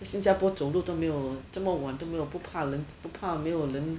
新加坡走路都没有这么晚都没有不怕人不怕没有人